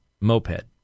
moped